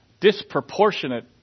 disproportionate